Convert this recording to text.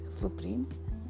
supreme